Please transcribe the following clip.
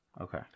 Okay